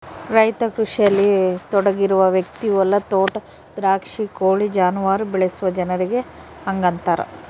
ರೈತ ಕೃಷಿಯಲ್ಲಿ ತೊಡಗಿರುವ ವ್ಯಕ್ತಿ ಹೊಲ ತೋಟ ದ್ರಾಕ್ಷಿ ಕೋಳಿ ಜಾನುವಾರು ಬೆಳೆಸುವ ಜನರಿಗೆ ಹಂಗಂತಾರ